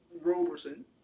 Roberson